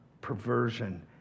perversion